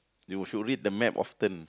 you should read the map often